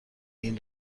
این